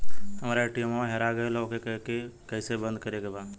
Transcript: हमरा ए.टी.एम वा हेरा गइल ओ के के कैसे बंद करे के बा?